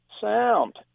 sound